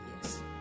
yes